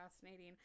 fascinating